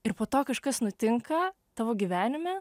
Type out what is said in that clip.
ir po to kažkas nutinka tavo gyvenime